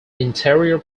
interior